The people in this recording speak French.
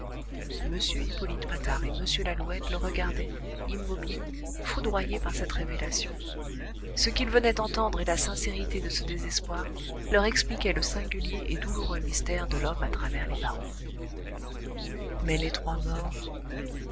m hippolyte patard et m lalouette le regardaient immobiles foudroyés par cette révélation ce qu'ils venaient d'entendre et la sincérité de ce désespoir leur expliquaient le singulier et douloureux mystère de l'homme à travers les barreaux mais les trois morts